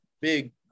big